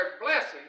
blessing